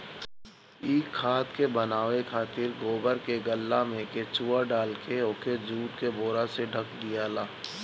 इ खाद के बनावे खातिर गोबर के गल्ला में केचुआ डालके ओके जुट के बोरा से ढक दियाला